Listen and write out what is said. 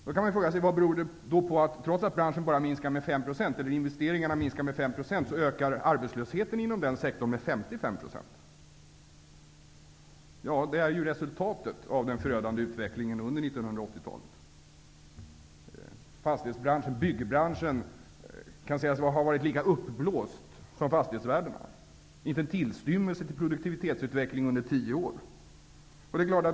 Man kan fråga sig vad det beror på att arbetslösheten inom sektorn ökar med 55 %, trots att investeringarna minskar bara med 5 %. Det är ju resultatet av den förödande utvecklingen under 1980-talet. Byggbranschen kan sägas ha varit lika uppblåst som fastighetsvärdena. Det fanns inte en tillstymmelse till produktivitetsutveckling under tio år.